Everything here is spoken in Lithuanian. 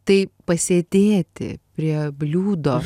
tai pasėdėti prie bliūdo